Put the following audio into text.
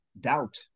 doubt